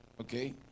okay